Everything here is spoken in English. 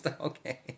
Okay